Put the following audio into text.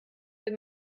wenn